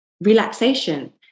relaxation